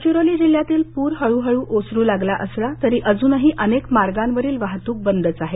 गडचिरोली जिल्ह्यातील पूर हळूहळू ओसरु लागला असला तरी अजूनही अनेक मार्गांवरील वाहतूक बंदच आहे